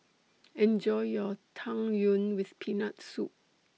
Enjoy your Tang Yuen with Peanut Soup